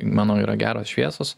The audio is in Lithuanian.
manau yra geros šviesos